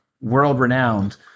world-renowned